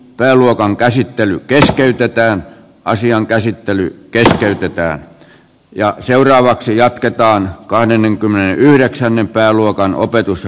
pääluokan käsittely keskeytetään ja seuraavaksi jatketaan kahdennenkymmenennenyhdeksännen pääluokan opetus ja